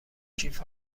کیف